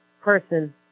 person